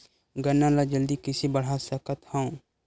गन्ना ल जल्दी कइसे बढ़ा सकत हव?